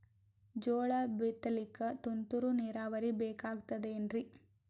ಜೋಳ ಬಿತಲಿಕ ತುಂತುರ ನೀರಾವರಿ ಬೇಕಾಗತದ ಏನ್ರೀ?